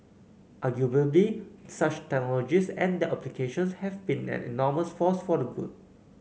arguably such technologies and their applications have been an enormous force for the good